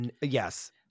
Yes